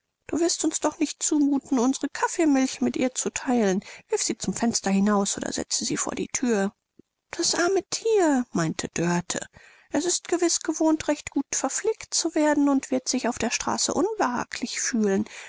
du wirst uns doch nicht zumuthen unsere kaffee milch mit ihr zu theilen wirf sie zum fenster hinaus oder setze sie vor die thür das arme thier meinte dorte es ist gewiß gewohnt recht gut verpflegt zu werden und wird sich auf der straße unbehaglich fühlen